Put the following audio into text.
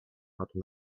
padł